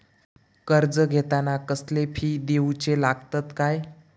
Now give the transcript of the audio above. कर्ज घेताना कसले फी दिऊचे लागतत काय?